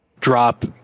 drop